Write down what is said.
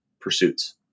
pursuits